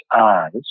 eyes